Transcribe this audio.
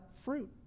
fruit